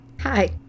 Hi